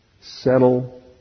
settle